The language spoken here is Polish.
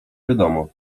wiadomo